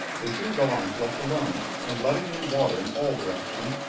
the hugh gallant, left alone, and letting in water in all directions,